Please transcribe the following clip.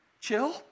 chill